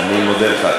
אני מודה לך.